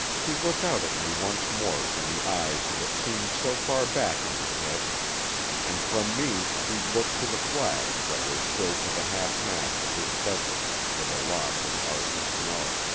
he looked out at me once more from the eyes that seemed so far back in his head and from me he looked to the flag that was still to the half-mast of his vessel for the loss of arthur snow.